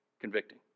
convicting